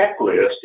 checklist